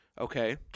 Okay